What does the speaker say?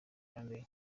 kandi